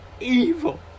evil